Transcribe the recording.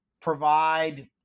provide